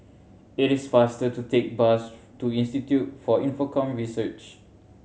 it is faster to take bus to Institute for Infocomm Research